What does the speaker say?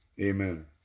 amen